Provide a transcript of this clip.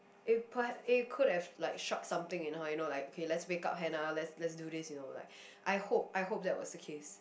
it per~ it could have like shocked something in her you know like okay let's make up hannah let's let's do this you know like I hope I hope that was the case